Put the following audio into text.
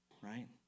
right